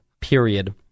period